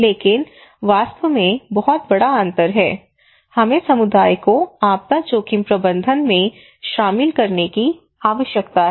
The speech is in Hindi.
लेकिन वास्तव में बहुत बड़ा अंतर है हमें समुदाय को आपदा जोखिम प्रबंधन में शामिल करने की आवश्यकता है